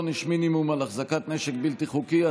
עונש מינימום על החזקת נשק בלתי חוקי),